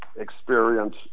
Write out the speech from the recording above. experience